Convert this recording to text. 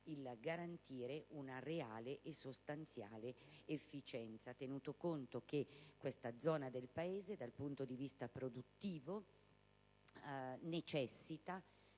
garantire una reale e sostanziale efficienza, tenuto conto che questa zona del Paese, dal punto di vista produttivo, necessita